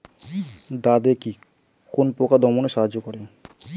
দাদেকি কোন পোকা দমনে সাহায্য করে?